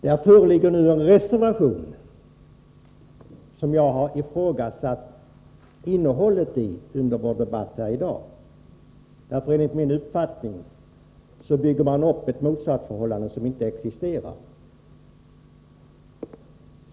Här föreligger nu en reservation, som jag har ifrågasatt innehållet i under vår debatt här i dag. Enligt min uppfattning bygger man nämligen upp ett motsatsförhållande som egentligen inte existerar.